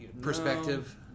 perspective